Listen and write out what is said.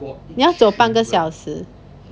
你要走半个小时